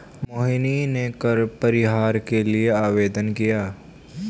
मोहिनी ने कर परिहार के लिए आवेदन किया